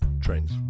Trains